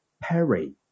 perry